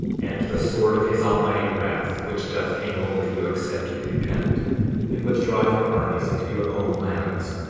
and the sword of his almighty wrath, which doth hang over you except ye repent and withdraw your armies into your own lands,